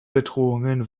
bedrohungen